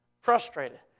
Frustrated